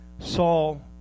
Saul